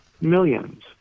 Millions